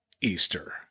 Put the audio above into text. Easter